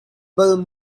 bal